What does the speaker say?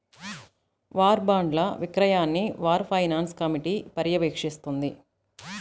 war బాండ్ల విక్రయాన్ని war finance committee పర్యవేక్షిస్తుంది